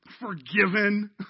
forgiven